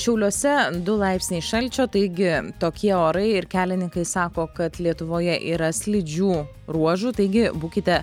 šiauliuose du laipsniai šalčio taigi tokie orai ir kelininkai sako kad lietuvoje yra slidžių ruožų taigi būkite